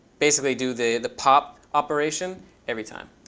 basically do the the pop operation every time.